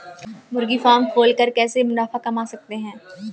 मुर्गी फार्म खोल के कैसे मुनाफा कमा सकते हैं?